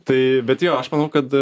tai bet jo aš manau kad